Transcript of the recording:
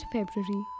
February